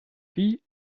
wie